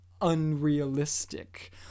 unrealistic